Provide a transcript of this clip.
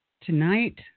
Tonight